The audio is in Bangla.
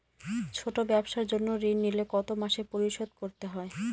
ছোট ব্যবসার জন্য ঋণ নিলে কত মাসে পরিশোধ করতে হয়?